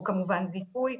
או כמובן זיכוי,